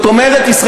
זאת אומרת,